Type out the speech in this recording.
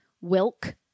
Wilk